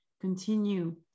continue